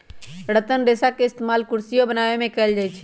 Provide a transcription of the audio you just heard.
रतन रेशा के इस्तेमाल कुरसियो बनावे में कएल जाई छई